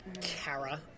Kara